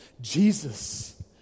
Jesus